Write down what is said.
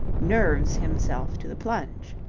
nerves himself to the plunge.